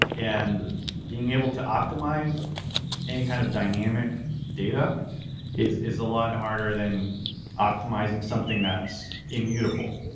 and being able to optimize any kind of dynamic data is is a lot harder than optimizing something that's immutable.